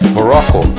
Morocco